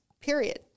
period